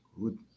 Good